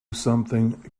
something